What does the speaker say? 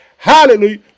hallelujah